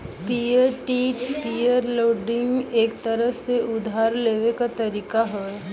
peer to peer lending एक तरह से उधार लेवे क तरीका हउवे